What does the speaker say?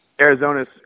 Arizona's